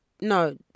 no